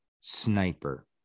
sniper